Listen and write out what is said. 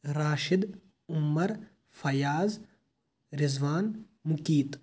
Rashid Umar Fayaz Rizwan Muqeet